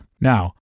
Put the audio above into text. Now